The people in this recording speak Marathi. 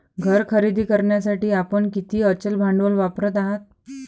घर खरेदी करण्यासाठी आपण किती अचल भांडवल वापरत आहात?